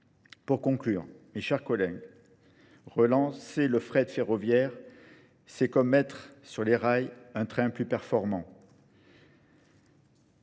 Pour conclure, mes chers collègues, relancer le frais de ferroviaire, c'est comme mettre sur les rails un train plus performant.